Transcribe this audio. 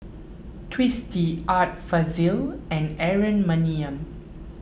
Twisstii Art Fazil and Aaron Maniam